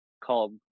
called